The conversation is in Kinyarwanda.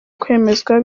kwemezwa